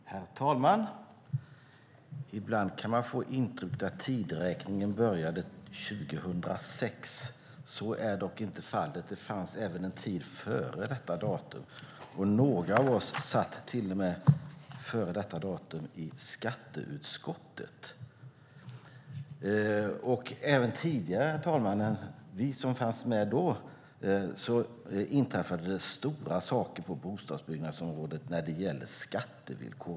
Herr talman! Ibland kan man få intrycket att tideräkningen började 2006. Så är dock inte fallet. Det fanns även en tid före detta datum. Några av oss satt före detta datum i skatteutskottet. Även tidigare än så, herr talman, inträffade stora saker på bostadsbyggnadsområdet när det gäller skattevillkor.